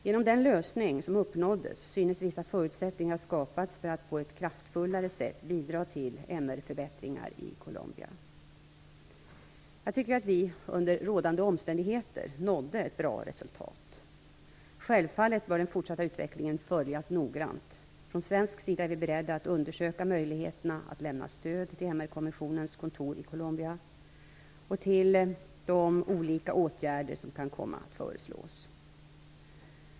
Genom den lösning som uppnåddes synes vissa förutsättningar ha skapats för att på ett kraftfullare sätt bidra till MR-förbättringar i Colombia. Jag tycker att vi, under rådande omständigheter, nådde ett bra resultat. Självfallet bör den fortsatta utvecklingen följas noggrant. Från svensk sida är vi beredda att undersöka möjligheterna att lämna stöd till MR kommissionens kontor i Colombia och till de olika åtgärder som kan komma att föreslås.